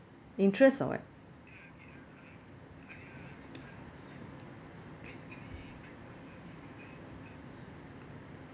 interest or what